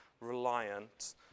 reliant